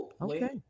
Okay